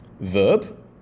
verb